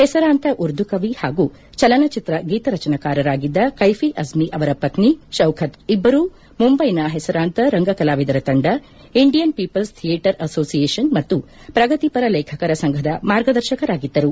ಹೆಸರಾಂತ ಉರ್ದು ಕವಿ ಹಾಗೂ ಚಲನಚಿತ್ರ ಗೀತರಚನಾಕಾರರಾಗಿದ್ದ ಕೈಫಿ ಅಣ್ಣಿ ಅವರ ಪತ್ರಿ ಶೌಖತ್ ಇಭರೂ ಮುಂಬೈನ ಹೆಸರಾಂತ ರಂಗ ಕಲಾವಿದರ ತಂಡ ಇಂಡಿಯನ್ ಪೀಪಲ್ಲೆ ಥಿಯೇಟರ್ ಅಸೋಸಿಯೇಷನ್ ಮತ್ತು ಪ್ರಗತಿಪರ ಲೇಖಕರ ಸಂಘದ ಮಾರ್ಗದರ್ಶಕರಾಗಿದ್ದರು